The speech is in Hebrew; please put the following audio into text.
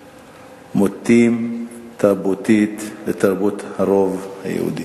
הפסיכומטריים מוטים תרבותית לתרבות הרוב היהודי.